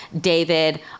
David